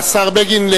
השר בגין,